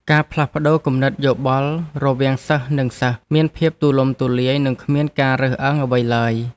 ការផ្លាស់ប្តូរគំនិតយោបល់រវាងសិស្សនិងសិស្សមានភាពទូលំទូលាយនិងគ្មានការរើសអើងអ្វីឡើយ។